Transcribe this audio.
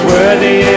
Worthy